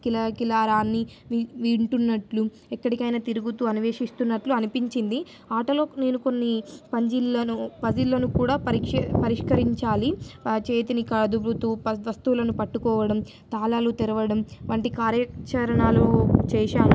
కిల కిలారావాన్ని వింటున్నట్లు ఎక్కడికైనా తిరుగుతూ అన్వేషిస్తున్నట్లు అనిపించింది ఆటలో నేను కొన్ని పంజీలను పజిల్లను కూడా పరీక్షే పరిష్కరించాలి చేతిని అదుభృత వస్తువులను పట్టుకోవడం తాళాలు తరవడం వంటి కార్యచరణాలు చేశాను